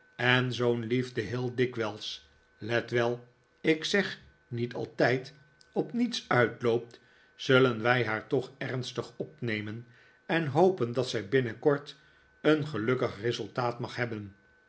en zoo'n liefde heel dikwijls let wel ik zeg niet altijd op niets uitloopt zullen wij haar toch ernstig opnemen en hopen dat zij binnenkort een gelukkig resultaat mag hebben